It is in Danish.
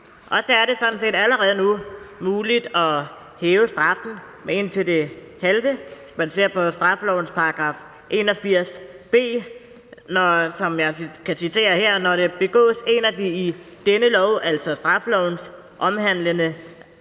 det sådan set allerede nu muligt at hæve straffen med indtil det halve. Man kan se på straffelovens § 81 B, som jeg vil citere her: »Begås en af de i denne lov« – altså straffeloven – »omhandlede